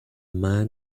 man